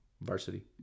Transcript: varsity